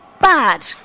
bad